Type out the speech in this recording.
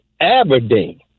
aberdeen